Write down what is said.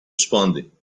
responding